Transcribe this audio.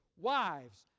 wives